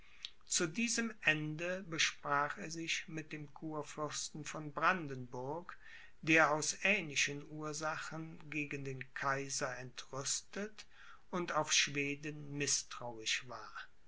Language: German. zu diesem ende besprach er sich mit dem kurfürsten von brandenburg der aus ähnlichen ursachen gegen den kaiser entrüstet und auf schweden mißtrauisch war